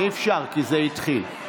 אי-אפשר, כי זה התחיל.